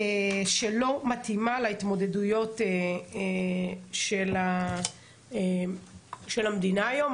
שלא מתאימה להתמודדויות של המדינה היום.